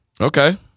Okay